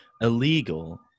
illegal